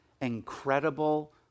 incredible